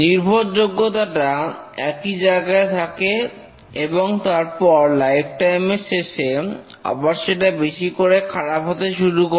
নির্ভরযোগ্যতাটা একই জায়গায় থাকে এবং তারপর লাইফটাইম এর শেষে আবার সেটা বেশি করে খারাপ হতে শুরু করে